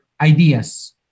ideas